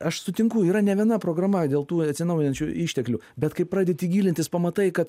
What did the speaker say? aš sutinku yra ne viena programa dėl tų atsinaujinančių išteklių bet kai pradėti gilintis pamatai kad